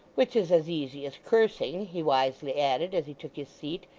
which is as easy as cursing he wisely added, as he took his seat,